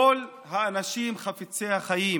כל האנשים חפצי החיים